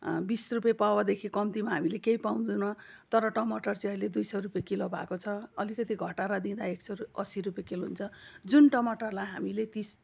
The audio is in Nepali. बिस रुपियाँ पावादेखि कम्तीमा हामीले केही पाउँदैन तर टमाटर चाहिँ अहिले दुई सौ रुपियाँ किलो भएको छ अलिकति घटाएर दिँदा एक सौ असी रुपियाँ किलो हुन्छ जुन टमाटरलाई हामीले तिस